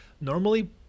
normally –